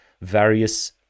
various